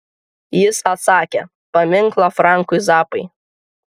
jis atsakė paminklą frankui zappai